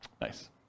nice